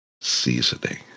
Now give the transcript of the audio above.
seasoning